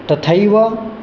तथैव